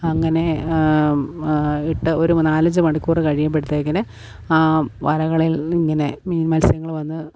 അങ്ങനെ ഇട്ട് ഒരു നാലഞ്ചു മണിക്കൂർ കഴിയുമ്പോഴത്തേക്കിന് ആ വലകളിൽ ഇങ്ങനെ മീൻ മത്സ്യങ്ങൾ വന്ന്